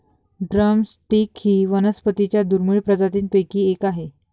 drum stick ही वनस्पतीं च्या दुर्मिळ प्रजातींपैकी एक आहे